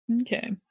Okay